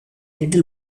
little